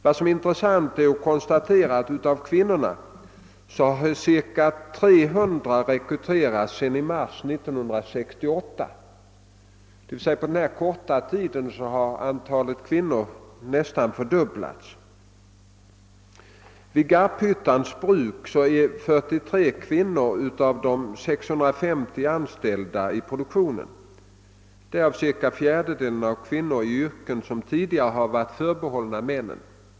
Vad som är intressant att konstatera är att omkring 300 av kvinnorna har rekryterats sedan mars 1968. På denna korta tid har alltså antalet kvinnor nästan fördubblats. Vid Garphytte Bruk är 43 av de 650 anställda i produktionen kvinnor, därav cirka en fjärdedel i yrken som tidigare varit förbehållna männen.